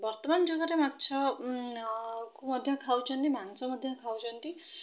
ବର୍ତ୍ତମାନ ଯୁଗରେ ମାଛ କୁ ମଧ୍ୟ ଖାଉଛନ୍ତି ମାଂସ ମଧ୍ୟ ଖାଉଛନ୍ତି